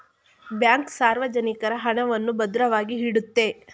bank ಸಾರ್ವಜನಿಕರ ಹಣವನ್ನು ಭದ್ರವಾಗಿ ಇಡುತ್ತೆ